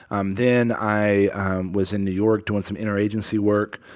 um then i was in new york, doing some interagency work.